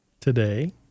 today